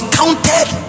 counted